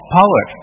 power